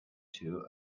two